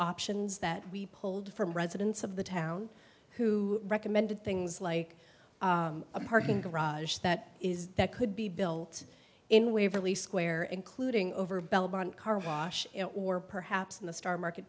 options that we pulled from residents of the town who recommended things like a parking garage that is that could be built in waverly square including over belmont carwash it were perhaps in the star market